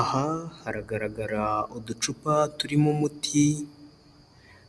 Aha haragaragara uducupa turimo umuti